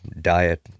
diet